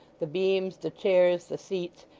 the beams, the chairs, the seats,